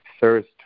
thirst